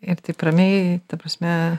ir taip ramiai ta prasme